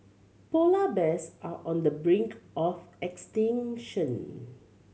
polar bears are on the brink of extinction